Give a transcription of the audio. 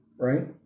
right